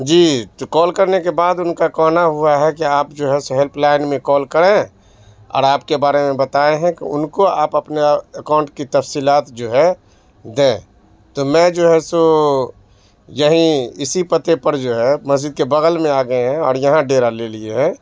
جی تو کال کرنے کے بعد ان کا کہنا ہوا ہے کہ آپ جو ہے سو ہیلپ لائن میں کال کریں اور آپ کے بارے میں بتائے ہیں کہ ان کو آپ اپنے اکاؤنٹ کی تفصیلات جو ہے دیں تو میں جو ہے سو یہیں اسی پتے پر جو ہے مسجد کے بغل میں آ گئے ہیں اور یہاں ڈیرا لے لیے ہیں